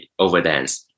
overdance